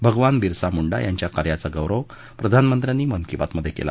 भगवान बिरसा मुंडा यांच्या कार्याचा गौरव प्रधानमंत्र्यांची मन की बात मध्ये केला